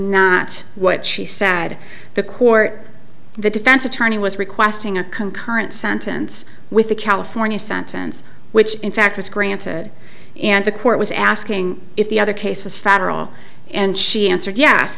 not what she said the court the defense attorney was requesting a concurrent sentence with the california sentence which in fact was granted and the court was asking if the other case was federal and she answered yes